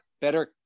better